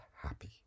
happy